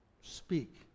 speak